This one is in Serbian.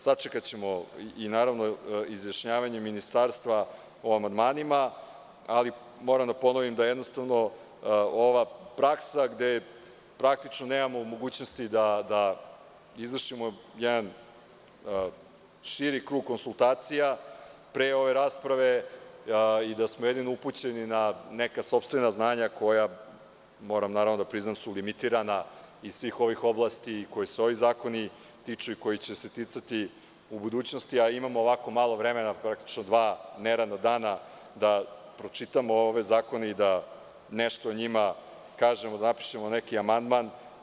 Sačekaćemo izjašnjavanje ministarstva o amandmanima, ali moram da ponovim da ova praksa gde nemamo mogućnosti da izvršimo jedan širi krug konsultacija pre ove rasprave i da smo jedino upućeni na neka sopstvena znanja koja, moram da priznam, su limitirana iz svih ovih oblasti kojih se ovi zakoni tiču i koji će se ticati u budućnosti, a imamo ovako malo vremena, praktično dva neradna dana, da pročitamo ove zakone i da nešto o njima kažemo, napišemo neki amandman…